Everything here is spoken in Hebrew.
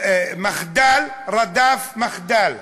מחדל רדף מחדל,